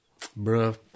Bruh